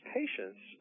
patients